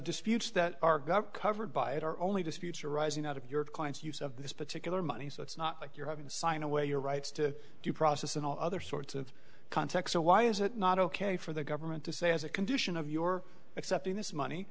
disputes that are got covered by it are only disputes arising out of your client's use of this particular money so it's not like you're having to sign away your rights to due process and all other sorts of context so why is it not ok for the government to say as a condition of your accepting this money